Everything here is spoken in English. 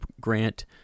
grant